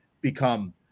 become